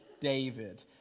David